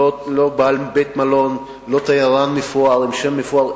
לא בעל בית-מלון ולא תיירן מפואר עם שם מפואר,